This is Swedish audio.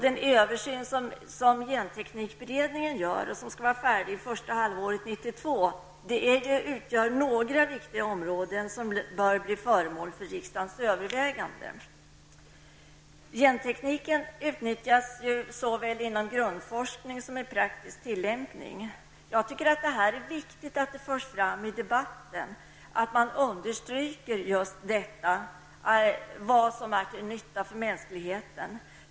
Den översyn som genteknikberedningen gör och som skall vara färdig första halvåret 1992 berör några viktiga områden, som bör bli föremål för riksdagens överväganden. Gentekniken utnyttjas såväl inom grundforskning som i praktisk tillämpning. Det är viktigt att detta förs fram i debatten. att man understryker det som är till nytta för mänskligheten.